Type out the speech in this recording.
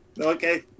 Okay